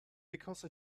because